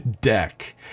Deck